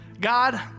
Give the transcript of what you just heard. God